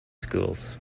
schools